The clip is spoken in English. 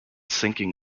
sinking